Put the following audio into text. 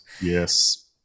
Yes